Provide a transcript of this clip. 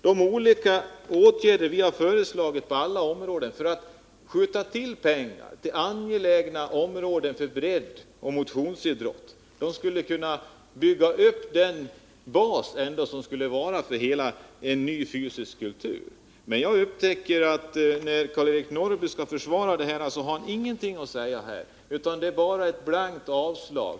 De åtgärder som vi från vpk har föreslagit på alla områden och när det gäller att skjuta till pengar till angelägna områden inom breddoch motionsidrotten skulle kunna bygga upp en bas för en ny fysisk kultur. Jag upptäcker att när Karl-Eric Norrby skall försvara utskottets behandling av vårt förslag har han ingenting att säga utöver ett blankt avstyrkande.